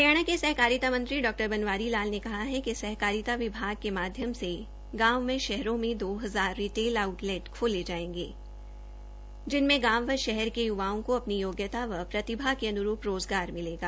हरियाणा के सहकारिता मंत्री डॉ बनवारी लाल ने कहा है कि सहकारिता विभाग के माध्यम से गांव व शहरों में दो हजार रिटेल आउटलैट खोले जायेंगे जिनमें गांव व शहार के युवाओं को अपनी योग्यता व प्रतिभा के अन्रूप रोजगार मिलेगा